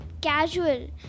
casual